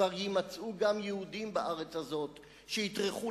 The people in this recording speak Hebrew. כבר יימצאו גם יהודים בארץ הזאת שיטרחו